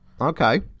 Okay